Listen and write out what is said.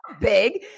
big